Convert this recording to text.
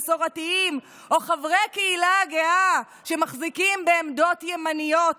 מסורתיים או חברי הקהילה הגאה שמחזיקים בעמדות ימניות